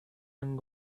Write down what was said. and